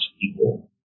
people